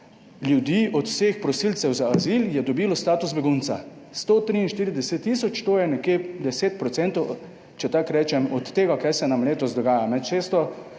ljudi od vseh prosilcev za azil je dobilo status begunca, 143 tisoč, to je nekje 10 %, če tako rečem, od tega, kaj se nam letos dogaja